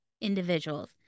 individuals